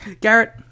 Garrett